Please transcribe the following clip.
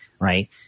right